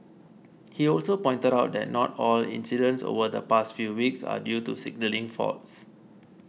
he also pointed out that not all incidents over the past few weeks are due to signalling faults